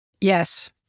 Yes